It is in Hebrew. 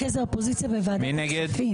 מרכז האופוזיציה בוועדת הכספים.